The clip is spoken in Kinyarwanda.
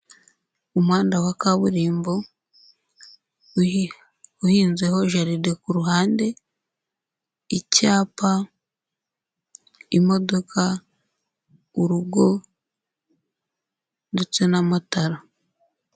Umuhanda wa kaburimbo uhinzeho jaride kuruhande, icyapa, imodoka, urugo ndetse n'amatara.